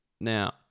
now